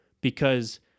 Because-